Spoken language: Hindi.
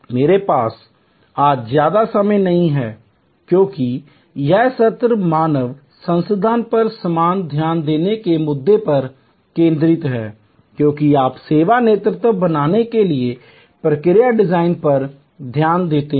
मेरे पास आज ज्यादा समय नहीं है क्योंकि यह सत्र मानव संसाधन पर समान ध्यान देने के मुद्दे पर केंद्रित है क्योंकि आप सेवा नेतृत्व बनाने के लिए प्रक्रिया डिजाइन पर ध्यान देते हैं